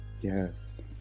Yes